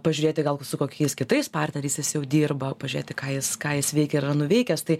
pažiūrėti gal su kokiais kitais partneriais jis jau dirba pažiūrėti ką jis ką jis veikia ir yra nuveikęs tai